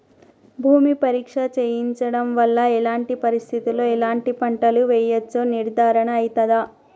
భూమి పరీక్ష చేయించడం వల్ల ఎలాంటి పరిస్థితిలో ఎలాంటి పంటలు వేయచ్చో నిర్ధారణ అయితదా?